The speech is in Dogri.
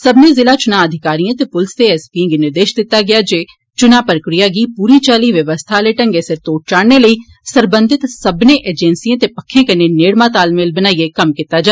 सब्बनें जिला चुना अधिकारिएं ते पुलसै दे एसपीएं गी निर्देश दित्ता गेआ जे चुना प्रक्रिया गी पूरी चाल्ली व्यवस्था आले ढंगै सिर तोड़ चाढ़ने लेई सरबंधत सब्बनें एजेंसिएं ते पक्खें कन्ने नेड़मा तालमेल बनाइयै कम्म कीता जा